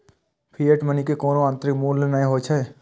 fiat money के कोनो आंतरिक मूल्य नै होइ छै